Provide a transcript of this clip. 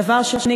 דבר שני,